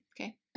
Okay